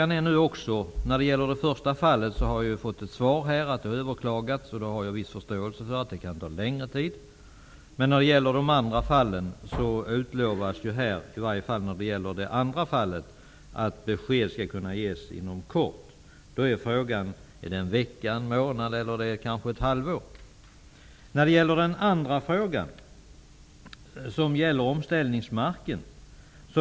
När det gäller det första fallet har jag fått svaret att ärendet har överklagats. Jag har förståelse för att det kan ta tid. I fråga om det andra fallet utlovas att besked skall ges inom kort. Är det en vecka, en månad eller ett halvår? Den andra frågan gäller omställningsmarken.